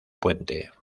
puente